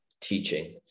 teaching